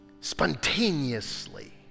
spontaneously